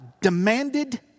demanded